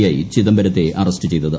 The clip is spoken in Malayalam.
ഐ ചിദംബരത്തെ അറസ്റ്റ് ചെയ്തത്